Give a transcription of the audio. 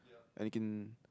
and you can